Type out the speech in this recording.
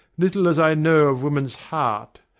little as i know of woman's heart,